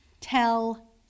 tell